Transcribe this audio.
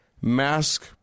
mask